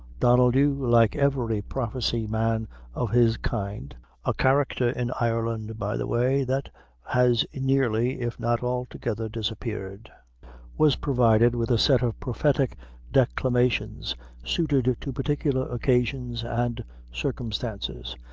donnel dhu, like every prophecy man of his kind a character in ireland, by the way, that has nearly, if not altogether, disappeared was provided with a set of prophetic declamations suited to particular occasions and circumstances,